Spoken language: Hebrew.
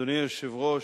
אדוני היושב-ראש,